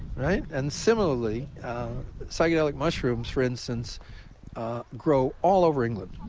right? and similarly psychedelics mushrooms for instance grow all over england.